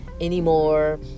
Anymore